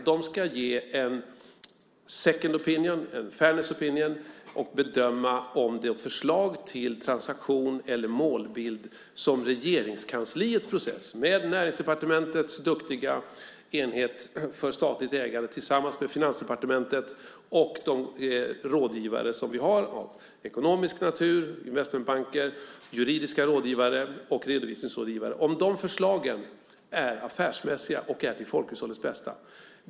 Rådet ska ge en second opinion , en fairness opinion , och bedöma om de förslag till transaktion eller målbild som finns med i Regeringskansliets process - med Näringsdepartementets duktiga enhet för statligt ägande tillsammans med Finansdepartementet och de rådgivare vi har av ekonomisk natur, investmentbanker, juridiska rådgivare och redovisningsrådgivare - är affärsmässiga och till folkhushållets bästa.